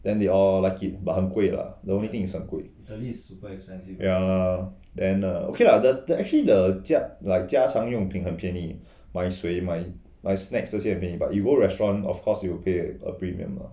then they all like it but 很贵 lah the only things is 很贵 ya then err ok ah the the actually the 家家常用品很便宜买水买 snacks 这些很便宜 but you go restaurant of course you will pay a premium lah